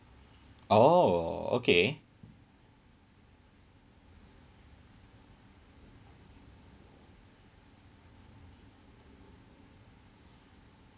oh okay